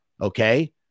okay